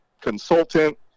consultant